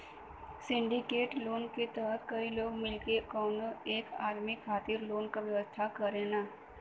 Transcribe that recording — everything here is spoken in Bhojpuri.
सिंडिकेट लोन क तहत कई लोग मिलके कउनो एक आदमी खातिर लोन क व्यवस्था करेलन